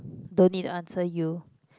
don't need answer you